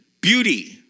beauty